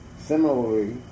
Similarly